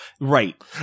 Right